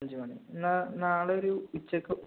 അഞ്ച് മണി എന്നാല് നാളെയൊരു ഉച്ചയ്ക്ക്